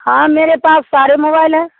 हाँ मेरे पास सारे मोबाइल हैं